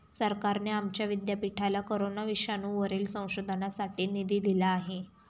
सरकारने आमच्या विद्यापीठाला कोरोना विषाणूवरील संशोधनासाठी निधी दिला आहे